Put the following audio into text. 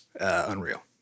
Unreal